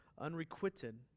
Unrequited